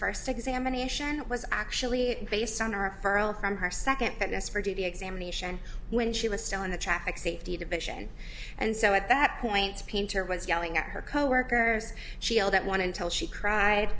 first examination was actually based on our own from her second goodness for duty examination when she was still in the traffic safety division and so at that point painter was yelling at her coworkers she yelled at one until she cried